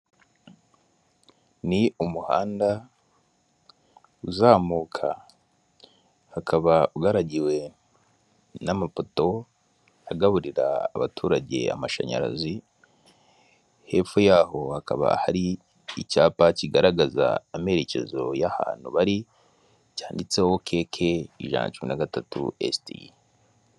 Ni umuhanda uzamuka hakaba ugaragiwe n'amapoto agaburira abaturage amashanyarazi hepfo y'aho hakaba hari icyapa kigaragaza amerekezo y'ahantu bari cyanditseho kk ijana na cumi na gatatu esiti (kk113 st) .